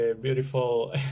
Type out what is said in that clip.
beautiful